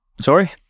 Sorry